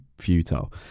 futile